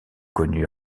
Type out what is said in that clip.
connus